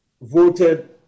voted